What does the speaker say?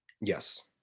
yes